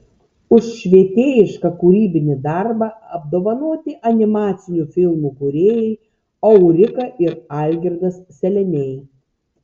už švietėjišką kūrybinį darbą apdovanoti animacinių filmų kūrėjai aurika ir algirdas seleniai